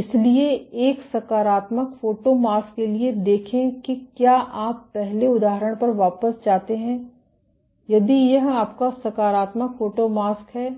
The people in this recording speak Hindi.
इसलिए एक सकारात्मक फोटोमास्क के लिए देखें कि क्या आप पहले उदाहरण पर वापस जाते हैं यदि यह आपका सकारात्मक फोटोमास्क है